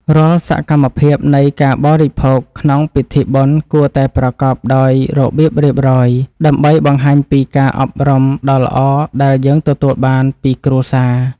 រាល់សកម្មភាពនៃការបរិភោគក្នុងពិធីបុណ្យគួរតែប្រកបដោយរបៀបរៀបរយ ដើម្បីបង្ហាញពីការអប់រំដ៏ល្អដែលយើងទទួលបានពីគ្រួសារ។